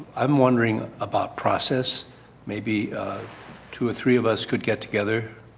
i am wondering about process maybe two or three of us could get together,